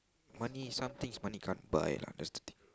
money some things money can't buy lah that's the thing